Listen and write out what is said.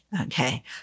okay